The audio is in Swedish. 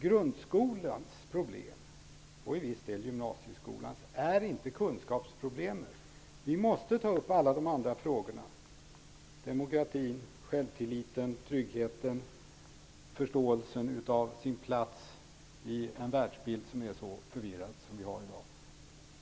Grundskolans - och till viss del gymnasieskolans - problem är inte kunskapsproblemet. Vi måste ta upp alla de andra frågorna: demokratin, självtilliten, tryggheten, förståelsen av vars och ens plats i en världsbild som är så förvirrad som den vi har i dag.